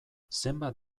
zenbat